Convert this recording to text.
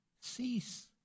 cease